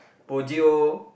bojio